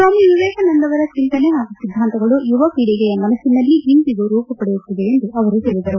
ಸ್ಟಾಮಿ ವಿವೇಕಾನಂದ ಅವರ ಚಿಂತನೆ ಪಾಗೂ ಸಿದ್ದಾಂತಗಳು ಯುವ ಪೀಳಿಗೆಯ ಮನಸ್ಸಿನಲ್ಲಿ ಇಂದಿಗೂ ರೂಮ ಪಡೆದುಕೊಳ್ಳುತ್ತಿವೆ ಎಂದು ಅವರು ಹೇಳಿದರು